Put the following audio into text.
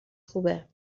خوبه